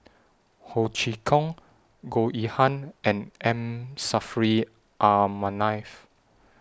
Ho Chee Kong Goh Yihan and M Saffri A Manaf